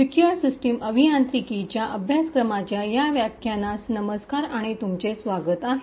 secure system अभियांत्रिकीच्या अभ्यासक्रमाच्या या व्याख्यानमास नमस्कार आणि तुमचे स्वागत आहे